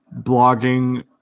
blogging